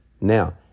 now